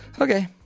okay